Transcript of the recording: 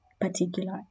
particular